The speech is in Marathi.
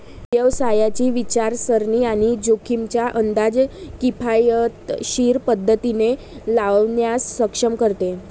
व्यवसायाची विचारसरणी आणि जोखमींचा अंदाज किफायतशीर पद्धतीने लावण्यास सक्षम करते